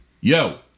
yo